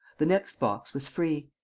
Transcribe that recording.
the next box was free.